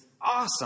awesome